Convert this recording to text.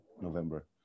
November